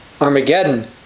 Armageddon